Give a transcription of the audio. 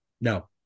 No